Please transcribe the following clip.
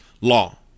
law